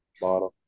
bottom